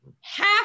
Half